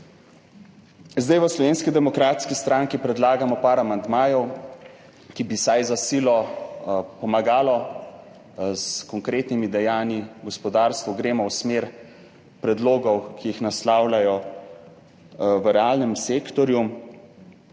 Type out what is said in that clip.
V Slovenski demokratski stranki predlagamo par amandmajev, ki bi vsaj za silo s konkretnimi dejanji pomagali gospodarstvu, gremo v smer predlogov, ki jih naslavljajo v realnem sektorju.